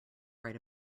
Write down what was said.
write